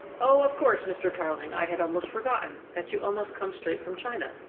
oh, of course, mr. tarling, i had almost forgotten that you've almost come straight from china.